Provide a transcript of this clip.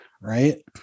right